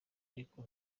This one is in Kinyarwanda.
ariko